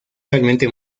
realmente